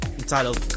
entitled